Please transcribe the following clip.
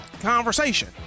conversation